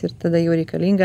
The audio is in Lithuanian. ir tada jau reikalinga